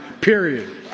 period